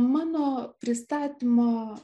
mano pristatymo